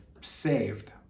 saved